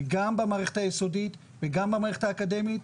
גם במערכת היסודית וגם במערכת האקדמית.